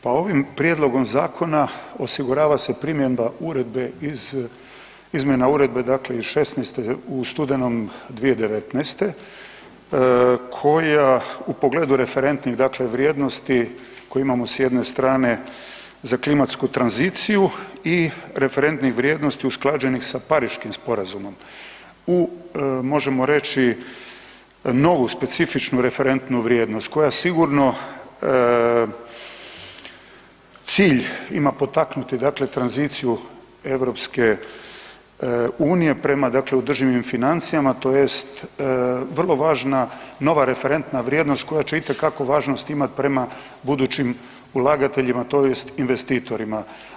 Pa ovim prijedlogom Zakona osigurava se primjena uredbe iz, izmjena uredbe dakle iz '16. u studenom 2019. koja u pogledu referentnih dakle vrijednosti koje imamo s jedne strane za klimatsku tranziciju i referentnih vrijednosti usklađenih sa Pariškim sporazumom u, možemo reći, novu specifičnu referentnu vrijednost koja sigurno cilj ima potaknuti dakle tranziciju EU prema dakle održivim financijama, tj. vrlo važna nova referentna vrijednost koja će itekako važnost imati prema budućim ulagateljima, tj. investitorima.